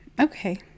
Okay